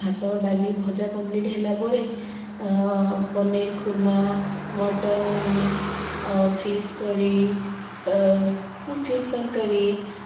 ଭାତ ଡାଲି ଭଜା କମ୍ପ୍ଲିଟ୍ ହେଲା ପରେ ପନିର ଖୁର୍ମା ମଟନ ଫିସ୍ କରି ଫିସ୍ ତରକାରୀ